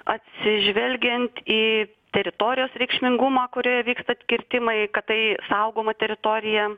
atsižvelgiant į teritorijos reikšmingumą kurioje vyksta kirtimai kad tai saugoma teritorija